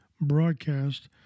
broadcast